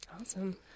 Awesome